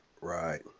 Right